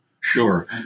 Sure